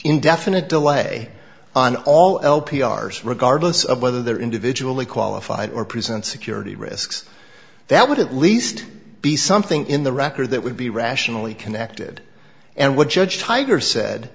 indefinite delay on all l p r regardless of whether they're individually qualified or present security risks that would at least be something in the record that would be rationally connected and what judge tiger said